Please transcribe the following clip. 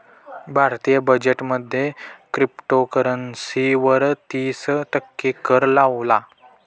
भारतीय बजेट मध्ये क्रिप्टोकरंसी वर तिस टक्के कर लावला